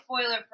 spoiler